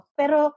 pero